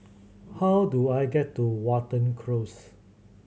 how do I get to Watten Close